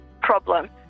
problem